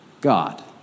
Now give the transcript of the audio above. God